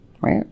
right